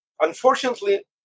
unfortunately